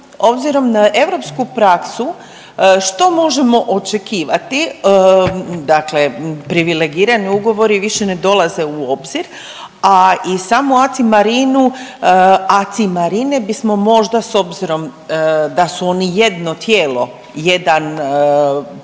obzirom na europsku praksu što možemo očekivati, dakle privilegirani ugovori više ne dolaze u obzir a i samu ACI marinu, ACI marine bismo možda s obzirom da su oni jedno tijelo, jedan